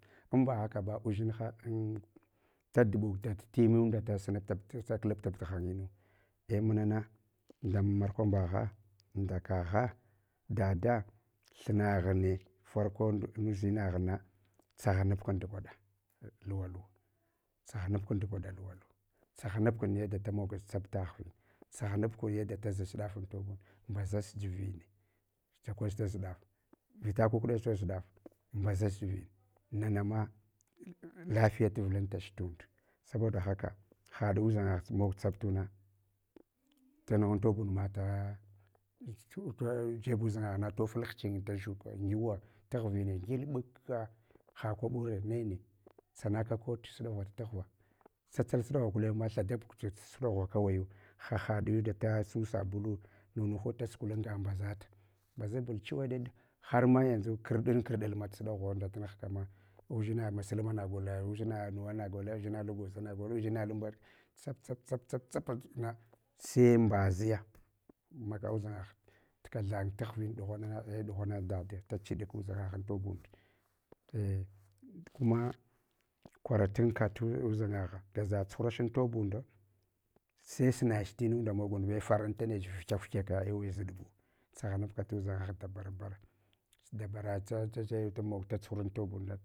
Im ba hakaba udʒinha an daɗbuk dat timmanda da sunaptab, daklabtab ghanyinu. Ei muna na lamu kwambagha, ndakagha, dada, thuna ghune farko mdudʒinaghuna tsaghabkun tugwaɗa, tsaghanabkun tu gwaɗa ɗughana, tsaghanab kum yaɗa da mogch tsabta, tsaghanabku yada dazuch daf antobunda, mbazach dʒuvin gyakwath daʒ daf, vita kukɗach toʒ ɗaf, mbazach dʒuvin nangma lafiya tavlantache fund. Saboda haka, naɗudʒanga mog tsabtuna tunughan tohunda, jebu ʒangagh toful tuchinge, tadʒuka, ngiwa taghvine girbuka ha kwaɓure nene, tsana kot suɗaghuva taghva, tsatsal suɗa ghuva gulenma thadab k tsats suɗaghuva thawayu, hahaɗun da da su sabulu, nunu ha da sukul anga mbaʒata. Mbaʒabal chuweɗeɗ. Harma yanʒu kirɗankirdal ma suɗaghurunda tamughkama udʒing masulmana gola, udʒina nuwa gola, udʒinala gwaozana gola, udʒinalan bov tsap, tsap, tsap tsapna sai mbaziya maga udʒangagh tkathang taghvin ɗughana na, a dughana dada da chuɗu ziragh antobonda, ei kuma kwaratunka tunʒangagsha, baʒa tsuhurachi antobon ei faranta nech vukyak vukyakwa ewe, zuelbu tsaghanabka tudʒangagh dabar bana, dabara tsatsache damog da tsuhurum tubunda.